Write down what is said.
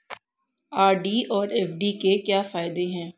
RD और FD के क्या फायदे हैं?